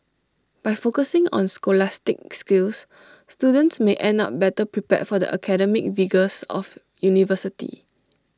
by focusing on scholastic skills students may end up better prepared for the academic rigours of university